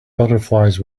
butterflies